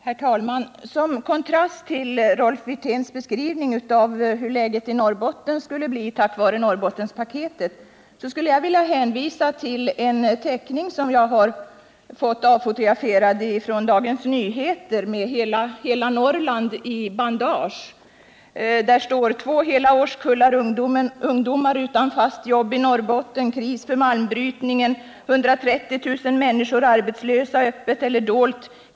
Herr talman! Som kontrast till Rolf Wirténs beskrivning av hur läget i Norrbotten skulle bli tack vare Norrbottenspaketet skulle jag vilja hänvisa till en teckning från Dagens Nyheter, där hela Norrland är i bandage. Där står: ”Två hela årskullar ungdomar utan fast jobb i Norrbotten. Kris för malmbrytningen. 130 000 människor arbetslösa öppet eller dolt.